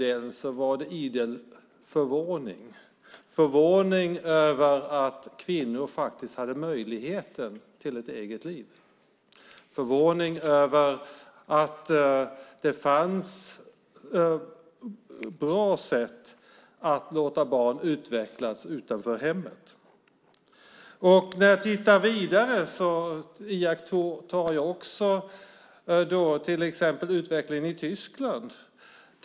Det var förvåning över att kvinnor faktiskt har möjligheten till ett eget liv och förvåning över att det finns bra sätt att låta barn utvecklas utanför hemmet. När jag tittar vidare iakttar jag också till exempel utvecklingen i Tyskland.